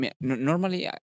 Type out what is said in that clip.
Normally